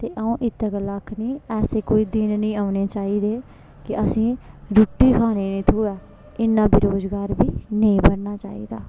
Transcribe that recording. ते आ'ऊं इत्तै गल्लै आखनी ऐसे कोई दिन नेईं औने चाहिदे कि असेंई रुट्टी खाने नी थ्होऐ इ'न्ना बेरोजगार बी नेईं बनना चाहिदा